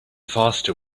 faster